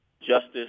justice